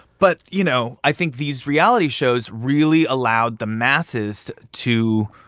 but you know, i think these reality shows really allowed the masses to